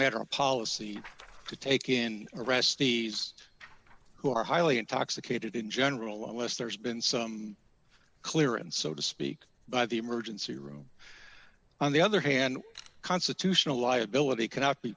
matter of policy to take in arrestees who are highly intoxicated in general unless there's been some clear and so to speak by the emergency room on the other hand constitutional liability cannot be